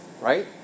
right